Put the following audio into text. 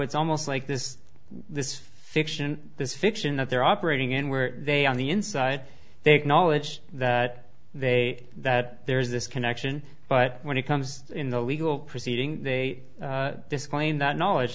it's almost like this this fiction this fiction that they're operating and where they on the inside they acknowledge that they that there is this connection but when it comes in the legal proceeding they claim that knowledge